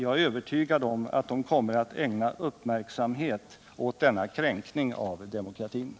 Jag är övertygad om att de kommer att ägna uppmärksamhet åt denna kränkning av demokratin.